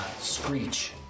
screech